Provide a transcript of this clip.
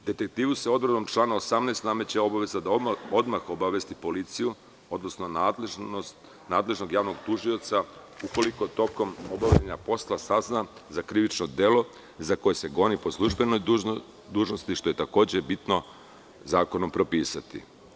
Detektivu se odredbom člana 18. nameće obaveza da odmah obavesti policiju odnosno nadležnog javnog tužioca ukoliko tokom obavljanja posla sazna za krivično delo za koje se goni po službenoj dužnosti, što je takođe bitno zakonom propisati.